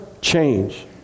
change